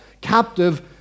captive